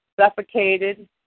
suffocated